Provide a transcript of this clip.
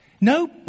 No